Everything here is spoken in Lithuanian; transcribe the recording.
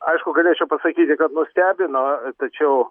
aišku galėčiau pasakyti kad nustebino tačiau